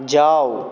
जाउ